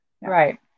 Right